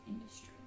industry